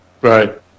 Right